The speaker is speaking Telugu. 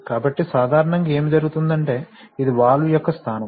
కాబట్టి సాధారణం గా ఏమి జరుగుతుందంటే ఇది వాల్వ్ యొక్క స్థానం